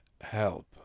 help